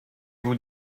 vous